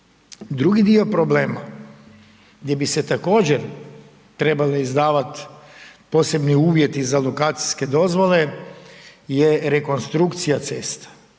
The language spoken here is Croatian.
Drugi dio problema gdje bi se također trebale izdavati posebni uvjeti za lokacijske dozvole je rekonstrukcija cesta.